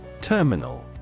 TERMINAL